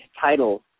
title